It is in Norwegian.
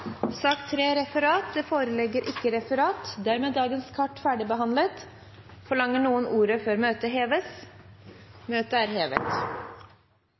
Det foreligger ikke noe referat. Dermed er sakene på dagens kart ferdigbehandlet. Forlanger noen ordet før møtet heves? – Møtet er hevet.